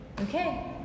okay